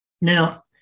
Now